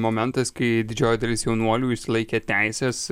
momentas kai didžioji dalis jaunuolių išsilaikę teises